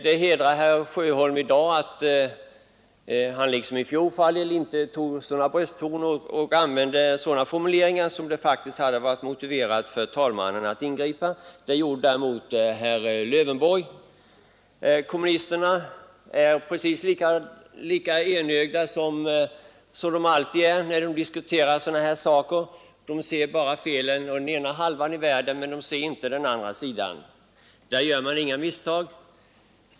Det hedrar herr Sjöholm att han varken förra året eller i dag har tagit till sådana brösttoner eller använt sådana formuleringar som skulle ha motiverat ett ingrepp av herr talmannen. Det gjorde däremot herr Lövenborg. Kommunisterna är i dag precis lika enögda som de alltid varit när de diskuterat sådana här frågor. De ser bara felen på den ena halvan i världen; på den andra halvan gör man inga misstag.